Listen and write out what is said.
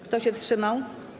Kto się wstrzymał?